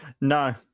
No